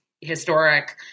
historic